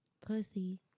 pussy